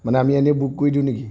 মানে আমি এনেই বুক কৰি দিওঁ নেকি